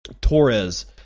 Torres